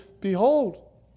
Behold